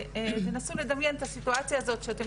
תנסו לדמיין את הסיטואציה הזאת שאתן